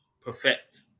perfect